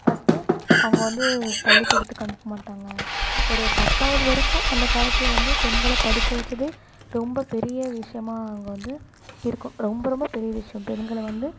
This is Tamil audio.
ஃபஸ்ட்டு அவங்க வந்து பள்ளிக்கூடத்துக்கு அனுப்பமாட்டாங்கள் ஒரு பத்தாவது வரைக்கும் அந்த காலத்தில் வந்து பெண்கள படிக்க வச்சதே ரொம்ப பெரிய விஷயமா அங்கே வந்து இருக்கும் ரொம்ப ரொம்ப பெரிய விஷயம் பெண்களை வந்து